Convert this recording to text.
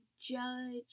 judge